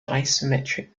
isometric